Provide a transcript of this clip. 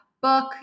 book